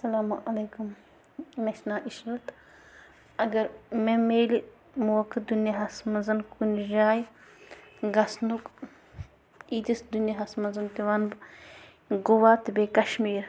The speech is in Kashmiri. اَلسلامُ علیکُم مےٚ چھِ ناو عشرَت اَگر مےٚ مِلہِ موقعہٕ دُنیاہَس منٛز کُنہِ جایہِ گژھٕنُک ییٖتِس دُنیاہَس منٛز تہِ وَنہٕ بہٕ گووا تہِ بیٚیہِ کَشمیٖر